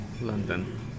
London